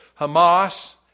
Hamas